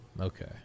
Okay